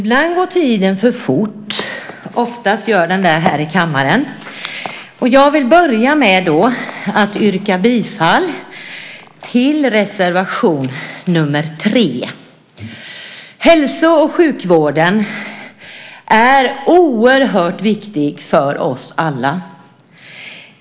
Herr talman! Jag vill börja med att yrka bifall till reservation nr 3. Hälso och sjukvården är oerhört viktig för oss alla.